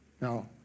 Now